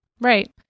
right